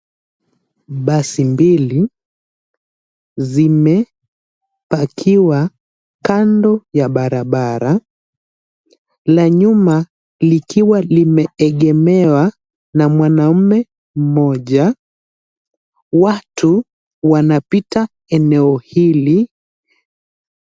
Basi mbili zimepakiwa kando ya barabara na nyuma likiwa limeegemewa na mwanaume mmoja. Watu wanapita eneo hili.